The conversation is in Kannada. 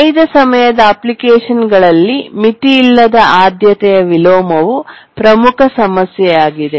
ನೈಜ ಸಮಯದ ಅಪ್ಲಿಕೇಶನ್ಗಳಲ್ಲಿ ಮಿತಿಯಿಲ್ಲದ ಆದ್ಯತೆಯ ವಿಲೋಮವು ಪ್ರಮುಖ ಸಮಸ್ಯೆಯಾಗಿದೆ